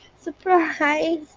Surprise